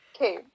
Okay